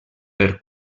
per